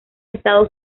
estado